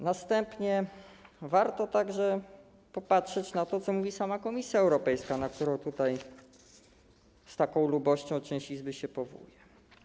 Następnie warto także popatrzeć na to, co mówi sama Komisja Europejska, na którą tutaj z taką lubością część Izby się powołuje.